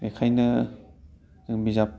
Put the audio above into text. बेखायनो जों बिजाब